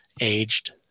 aged